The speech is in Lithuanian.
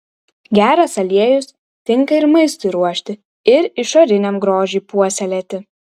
geras aliejus tinka ir maistui ruošti ir išoriniam grožiui puoselėti